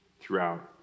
throughout